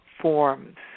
forms